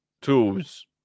tools